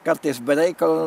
kartais be reikalo